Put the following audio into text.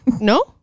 No